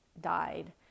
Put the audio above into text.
died